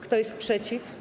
Kto jest przeciw?